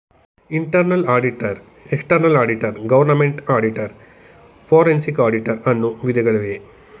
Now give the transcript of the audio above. internal auditor, external auditor, government auditor, forensic auditor, ಅನ್ನು ವಿಧಗಳಿವೆ